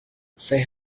say